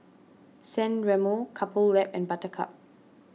San Remo Couple Lab and Buttercup